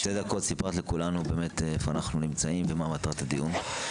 שתי דקות סיפרת לכולנו באמת איפה אנחנו נמצאים ומה מטרת הדיון.